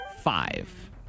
Five